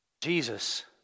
Jesus